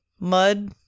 Mud